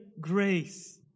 grace